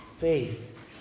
faith